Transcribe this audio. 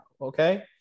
Okay